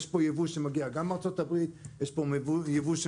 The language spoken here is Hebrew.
יש פה יבוא שמגיע גם מארצות הברית וגם מאירופה,